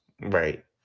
Right